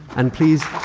and please